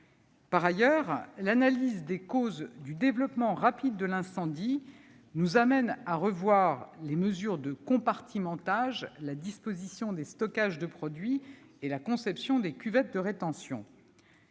Par ailleurs, l'analyse des causes du développement rapide de l'incendie nous conduit à revoir les mesures de compartimentage, la disposition des stockages de produits et la conception des cuvettes de rétention.